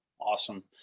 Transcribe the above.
Awesome